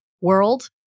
world